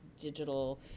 digital